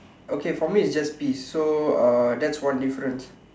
okay for me is just peas so uh that's one difference